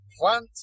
Plant